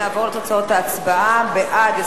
נעבור לתוצאות ההצבעה: בעד,